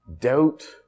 Doubt